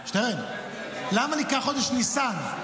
שטרן, למה הוא נקרא חודש ניסן?